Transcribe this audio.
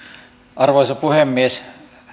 arvoisa puhemies